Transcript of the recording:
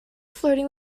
flirting